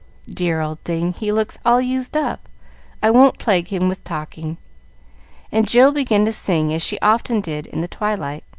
dear old thing, he looks all used up i won't plague him with talking and jill began to sing, as she often did in the twilight.